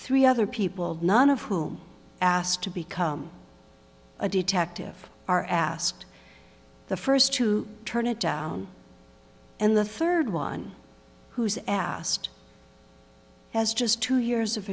three other people none of whom asked to become a detective are asked the first to turn it down and the third one who is asked has just two years of